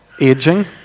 aging